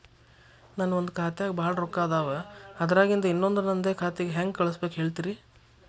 ನನ್ ಒಂದ್ ಖಾತ್ಯಾಗ್ ಭಾಳ್ ರೊಕ್ಕ ಅದಾವ, ಅದ್ರಾಗಿಂದ ಇನ್ನೊಂದ್ ನಂದೇ ಖಾತೆಗೆ ಹೆಂಗ್ ಕಳ್ಸ್ ಬೇಕು ಹೇಳ್ತೇರಿ?